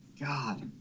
god